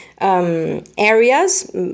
areas